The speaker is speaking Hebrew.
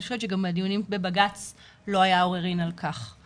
אני חושבת שגם הדיונים בבג"ץ לא היה עוררין על כך,